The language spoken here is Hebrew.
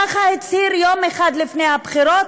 ככה הוא הצהיר יום אחד לפני הבחירות,